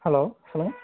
hello hello